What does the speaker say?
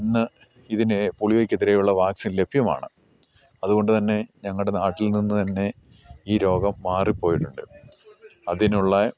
ഇന്ന് ഇതിനെ പോളിയോക്ക് എതിരെയുള്ള വാക്സിൻ ലഭ്യമാണ് അതുകൊണ്ട് തന്നെ ഞങ്ങളുടെ നാട്ടിൽ നിന്ന് തന്നെ ഈ രോഗം മാറിപ്പോയിട്ടുണ്ട് അതിനുള്ള